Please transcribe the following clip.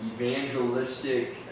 evangelistic